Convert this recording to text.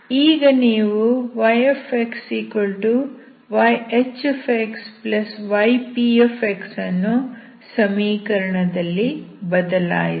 ಈಗ ನೀವು yxyHxyp ಅನ್ನು ಸಮೀಕರಣದಲ್ಲಿ ಬದಲಾಯಿಸಿ